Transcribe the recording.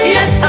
Yes